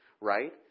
Right